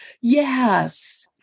Yes